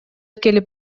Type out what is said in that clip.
келип